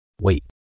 Wait